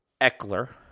Eckler